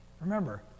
remember